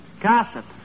Gossip